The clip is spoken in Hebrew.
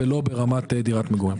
ולא ברמת דירת מגורים.